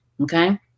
Okay